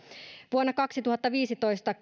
vuonna kaksituhattaviisitoista